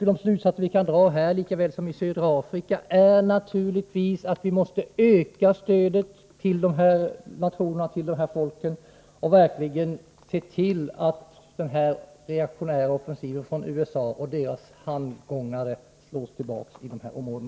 De slutsatser som man kan dra här, lika väl som beträffande södra Afrika, är naturligtvis att vi måste öka stödet till dessa nationer och folk och verkligen se till att den här reaktionära offensiven från USA och dess handgångna män slås tillbaka inom dessa områden.